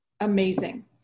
amazing